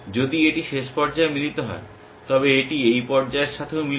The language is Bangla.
যদি এটি শেষ পর্যায়ে মিলিত হয় তবে এটি এই পর্যায়ের সাথেও মিলবে